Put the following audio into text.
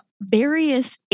various